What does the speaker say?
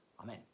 Amen